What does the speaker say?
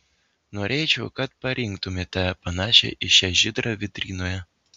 norėčiau kad parinktumėte panašią į šią žydrą vitrinoje